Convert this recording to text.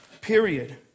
Period